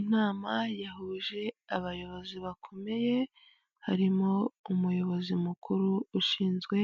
Inama yahuje abayobozi bakomeye harimo umuyobozi mukuru ushinzwe